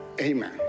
amen